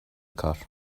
کار